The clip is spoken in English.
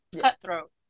cutthroat